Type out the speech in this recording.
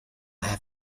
have